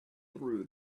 threw